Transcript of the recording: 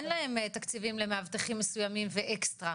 אין אף פעם מספיק, בטח לא במערכת הבריאות.